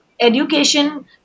education